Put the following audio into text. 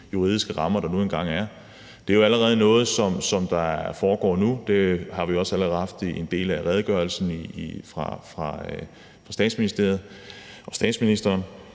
juridiske rammer, der nu engang er. Det er jo allerede noget, som foregår nu. Det har vi også allerede set i en del af redegørelsen fra Statsministeriet og statsministeren.